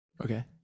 Okay